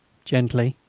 gently.